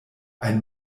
ein